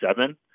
seven